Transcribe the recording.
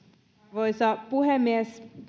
arvoisa puhemies